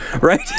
right